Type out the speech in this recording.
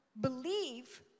believe